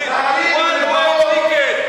אפשר לסדר לכם הסעה חד-כיוונית, one way ticket.